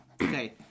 Okay